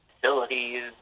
facilities